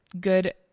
good